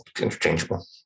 Interchangeable